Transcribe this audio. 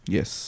Yes